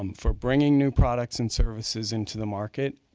um for bringing new products and services into the market.